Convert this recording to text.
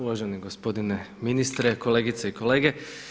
Uvaženi gospodine ministre, kolegice i kolege.